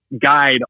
guide